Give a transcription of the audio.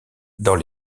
dans